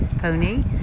pony